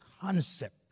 concept